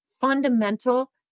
fundamental